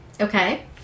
okay